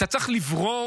אתה צריך לברור